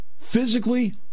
physically